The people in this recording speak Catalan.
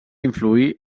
influir